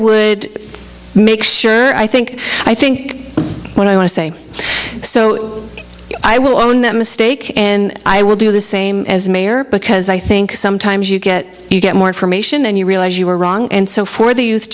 would make sure i think i think what i want to say so i will own that mistake and i will do the same as mayor because i think sometimes you get you get more information and you realize you were wrong and so for the